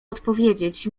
odpowiedzieć